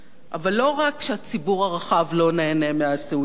אבל לא רק שהציבור הרחב לא נהנה מהסעודה הזאת,